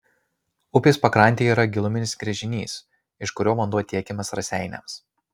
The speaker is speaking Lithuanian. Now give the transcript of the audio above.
upės pakrantėje yra giluminis gręžinys iš kurio vanduo tiekiamas raseiniams